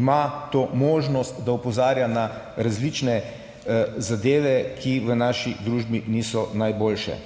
ima to možnost, da opozarja na različne zadeve, ki v naši družbi niso najboljše.